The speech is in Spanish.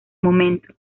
momento